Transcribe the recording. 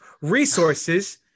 resources